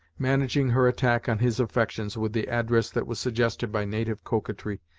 managing her attack on his affections with the address that was suggested by native coquetry,